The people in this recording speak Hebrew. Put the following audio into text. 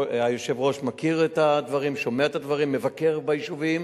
היושב-ראש מכיר את הדברים ושומע את הדברים ומבקר ביישובים.